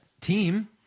team